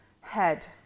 head